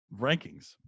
rankings